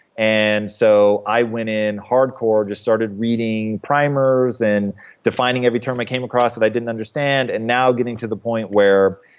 and so i went in hardcore, just started reading primers, and defining every term i came across that i didn't understand, and now getting to the point where